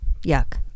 yuck